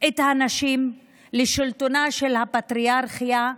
את הנשים לשלטונה של הפטריארכיה,